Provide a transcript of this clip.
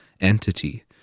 entity